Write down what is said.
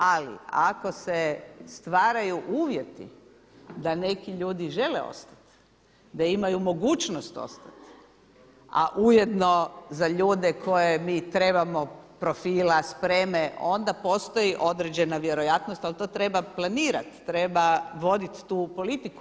Ali ako se stvaraju uvjeti da neki ljudi žele ostati, da imaju mogućnost ostati, a ujedno za ljude koje mi trebamo profila, spreme onda postoji određena vjerojatnost, ali to treba planirati, treba voditi tu politiku.